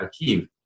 achieve